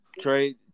Trade